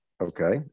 Okay